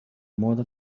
model